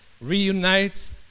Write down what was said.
reunites